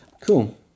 cool